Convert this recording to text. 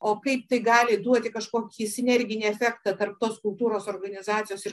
o kaip tai gali duoti kažkokį sinerginį efektą tarp tos kultūros organizacijos ir